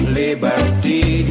liberty